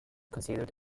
considered